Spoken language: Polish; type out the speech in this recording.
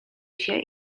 się